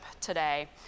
today